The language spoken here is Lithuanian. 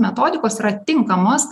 metodikos yra tinkamos